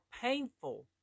painful